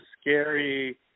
scary